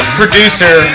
producer